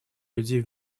людей